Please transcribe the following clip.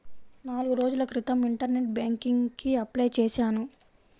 నాల్గు రోజుల క్రితం ఇంటర్నెట్ బ్యేంకింగ్ కి అప్లై చేశాను